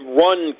run